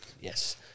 Yes